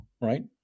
right